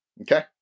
Okay